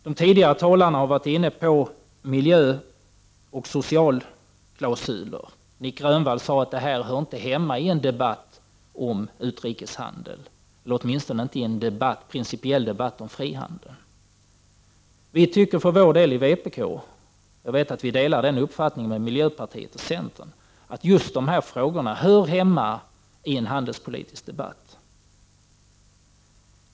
De tidigare talarna har tagit upp frågan om miljöoch socialklausuler. Nic Grönvall sade att detta inte hör hemma i en debatt om utrikeshandel, åtminstone inte i en principiell debatt om fri handel. Vi i vpk anser, och jag vet att vi delar den uppfattningen med miljöpartiet och centern, att just dessa frågor hör hemma i en handelspolitisk debatt.